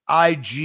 IG